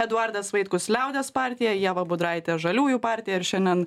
eduardas vaitkus liaudies partija ieva budraitė žaliųjų partija ir šiandien